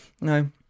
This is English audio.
No